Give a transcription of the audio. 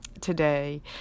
today